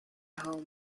home